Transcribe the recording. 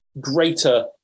greater